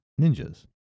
ninjas